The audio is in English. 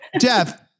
Jeff